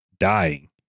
Dying